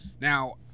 Now